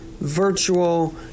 virtual